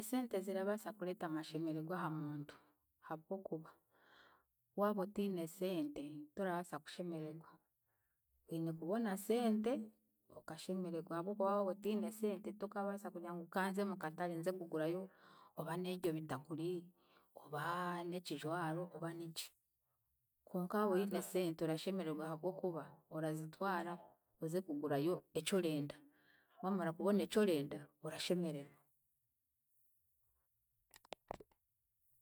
Esente zirabaasa kureeta amashemeregwa aha muntu, habw'okuba waaba otiine esente, torabaasa kushemeregwa, oine kubona sente okashemeregwa ahabw'okuba waaba otiine sente tokaabaasa kugira ngu kanze mukatare nze kugurayo oba neeryo bitakuri, oba neekijwaro, oba niki, konka waaba oine esente orashemeregwa ahabwokuba orazitwara, oze kugurayo ekyorenda, waamara kubona ekyorenda, orashemererwa.